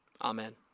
Amen